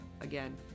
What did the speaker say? again